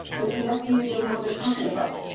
that the fda doesn't know what they're talking about.